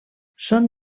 són